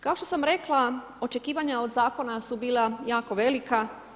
Kao što sam rekla, očekivanja od Zakona su bila jako velika.